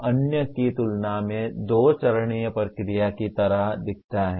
तो यह अन्य की तुलना में दो चरणीय प्रक्रिया की तरह दिखता है